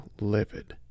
livid